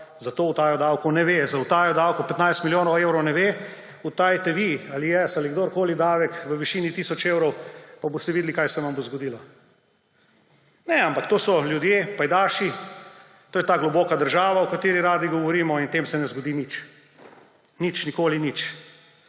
za to utajo davkov ne ve. Za utajo davkov 15 milijonov evrov ne ve. Utajite vi, ali jaz, ali kdorkoli davek v višini tisoč evrov, pa boste videli, kaj se vam bo zgodilo. Ne, ampak to so ljudje, pajdaši, to je ta globoka država, o kateri radi govorimo, in tem se ne zgodi nič. Nič, nikoli nič!